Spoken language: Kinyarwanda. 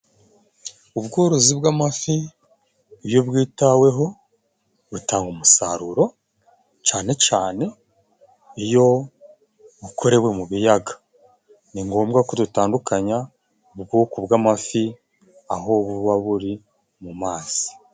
Ubworozi bw'amafi iyo bwitaweho butanga umusaruro cane cane iyo bukorewe mu biyaga, ni ngombwa ko dutandukanya ubwoko bw'amafi aho buba buri mu mazi.